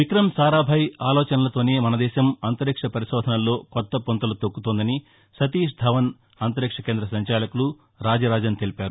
విక్రమ్ సారాభాయ్ ఆలోచనలతోనే మనదేశం అంతరిక్ష పరిశోధనల్లో కొత్త పుంతలు తొక్కుతోందని సతీష్ ధావన్ అంతరిక్ష కేంద సంచాలకులు రాజ రాజన్ తెలిపారు